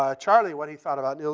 ah charlie what he thought about